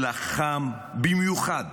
הוא לחם במיוחד